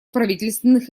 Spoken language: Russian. правительственных